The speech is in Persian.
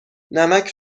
نمک